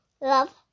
love